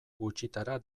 gutxitara